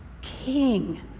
King